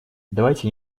давайте